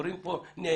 הורים פה נאנקים,